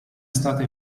stata